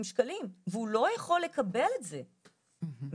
שקלים והוא לא יכול לקבל את זה מ-2018,